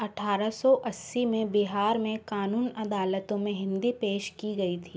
अट्ठारह सौ अस्सी में बिहार में कानून अदालतों में हिंदी पेश की गई थी